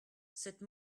cette